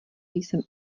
jsem